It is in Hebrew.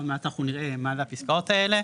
עוד מעט אנחנו נראה מה זה הפסקאות האלה,